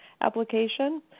application